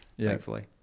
thankfully